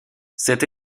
cette